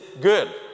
good